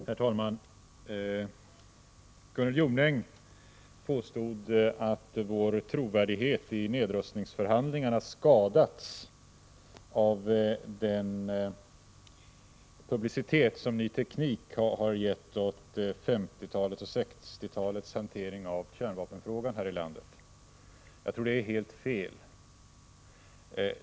Herr talman! Gunnel Jonäng påstod att vår trovärdighet i nedrustningsförhandlingarna skadats av den publicitet som Ny Teknik har gett åt 1950 och 1960-talens hantering av kärnvapensfrågan här i landet. Jag tror att det är helt fel.